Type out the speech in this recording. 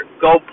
go